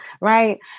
Right